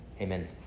amen